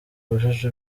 wujuje